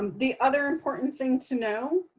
um the other important thing to know